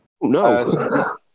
No